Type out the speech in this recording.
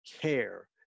care